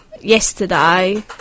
Yesterday